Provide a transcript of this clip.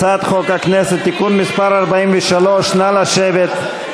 הצעת חוק הכנסת (תיקון מס' 43) נא לשבת.